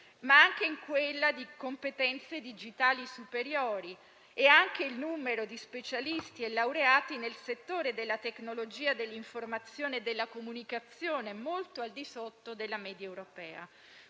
La percentuale per le competenze digitali superiori e per il numero di specialisti e laureati nel settore della tecnologia, dell'informazione e della comunicazione è molto al di sotto della media europea.